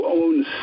owns